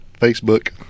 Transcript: facebook